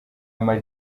ama